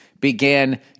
began